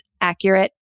accurate